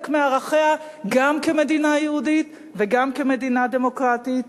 מערכיה גם כמדינה יהודית וגם כמדינה דמוקרטית,